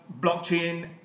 blockchain